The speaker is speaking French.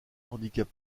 handicap